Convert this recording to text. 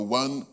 one